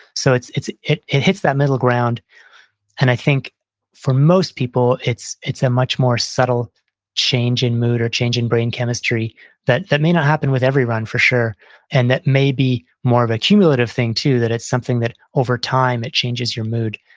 so it it hits that middle ground and i think for most people it's it's a much more subtle change in mood or change in brain chemistry that that may not happen with every run for sure and that may be more of a cumulative thing too, that it's something that over time it changes your mood.